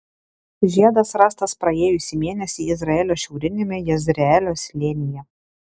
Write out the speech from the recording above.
žiedas rastas praėjusį mėnesį izraelio šiauriniame jezreelio slėnyje